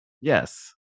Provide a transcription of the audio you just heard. yes